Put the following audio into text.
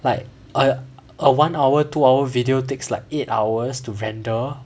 like a a one hour two hour video takes like eight hours to render